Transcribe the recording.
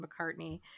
McCartney